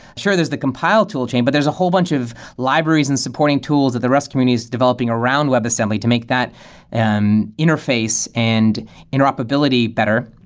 sure there's the compile toolchain, but there's a whole bunch of libraries and supporting tools that the rust community is developing around webassembly to make that and interface and interoperability better.